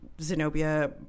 Zenobia